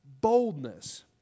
boldness